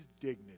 dignity